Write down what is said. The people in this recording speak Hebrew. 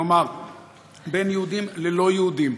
כלומר בין יהודים ללא-יהודים.